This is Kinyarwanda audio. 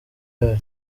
yayo